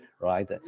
right